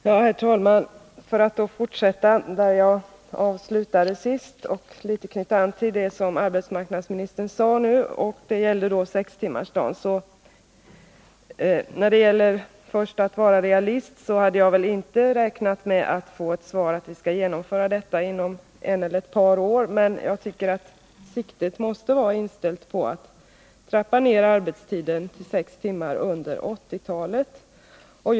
Herr talman! Låt mig fortsätta där jag slutade sist och litet knyta an till det som arbetsmarknadsministern sade om sextimmarsdagen. Apropå att vara realist så hade jag väl inte räknat med att få ett svar från arbetsmarknadsministern om att vi skall genomföra sextimmarsdagen om ett eller ett par år. Men jag tycker att siktet måste vara inställt på att trappa ner arbetstiden till sex timmar under 1980-talet.